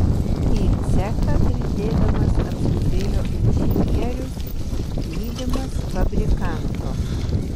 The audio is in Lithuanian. į cechą bildėdamas atskubėjo inžinierius lydimas fabrikanto